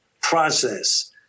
process